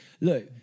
look